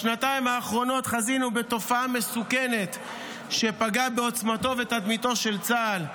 בשנתיים האחרונות חזינו בתופעה מסוכנת שפגעה בעוצמתו ובתדמיתו של צה"ל.